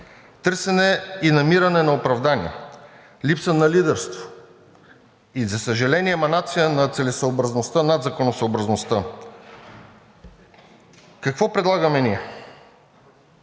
търсене и намиране на оправдания, липса на лидерство и, за съжаление, еманация на целесъобразността над законосъобразността. Какво предлагаме ние?